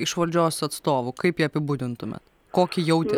iš valdžios atstovų kaip jį apibūdintumėt kokį jautėt